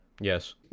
Yes